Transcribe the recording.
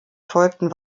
folgten